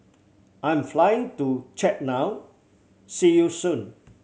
I'm flying to Chad now see you soon